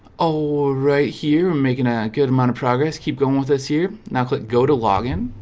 all right here making a good amount of progress keep going with us here now click go to login